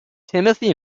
timothy